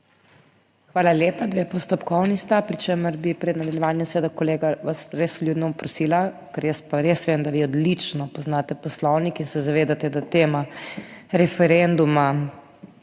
Hvala lepa. Dve postopkovni sta. Pri čemer bi pred nadaljevanjem seveda kolega vas res vljudno prosila, ker jaz pa res vem, da vi odlično poznate Poslovnik in se zavedate, da tema Referenduma